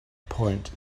point